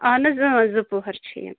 اہن حظ زٕ پۄہَر چھِ یہِ